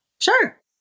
Sure